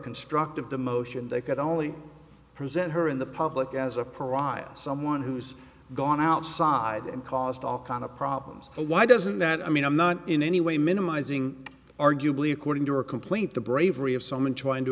constructive demotion they could only present her in the public as a pariah someone who's gone outside and caused all kinds of problems why doesn't that i mean i'm not in any way minimizing arguably according to her complaint the bravery of someone trying to